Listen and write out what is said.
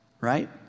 right